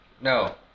No